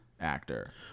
Actor